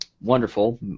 Wonderful